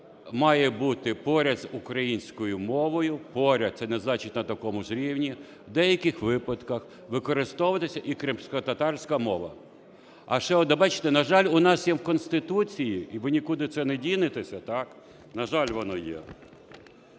має бути поряд з українською мовою, поряд – це не значить на такому ж рівні, в деяких випадках використовується і кримськотатарська мова. А ще, от бачите, на жаль, у нас є в Конституції і ви нікуди це не дінетеся, так, на жаль воно є,